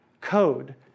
Code